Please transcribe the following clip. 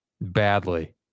badly